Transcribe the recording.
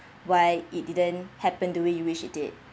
why it didn't happen the way you wish it did